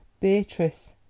beatrice!